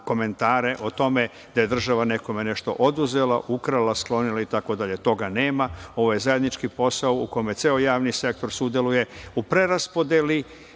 komentare o tome da je država nekome nešto oduzela, ukrala, sklonila, itd. Toga nema, ovo je zajednički posao, u kome ceo javni sektor sudeluje u preraspodeli